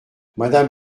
madame